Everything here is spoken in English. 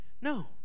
No